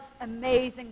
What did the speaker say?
amazing